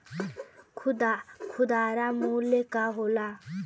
खुदरा मूल्य का होला?